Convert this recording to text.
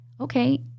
okay